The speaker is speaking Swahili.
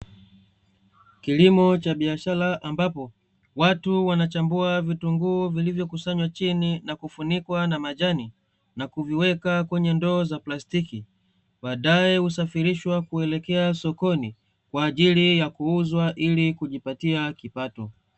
Kilimo cha biashara, ambapo watu wanachambua vitunguu vilivyokusanywa chini na kufunikwa na majani, na kuviweka kwenye ndoo za plastiki, baadaye husafirishwa kuelekea sokoni, kwa ajili ya kuuzwa ili kujipatia kipato.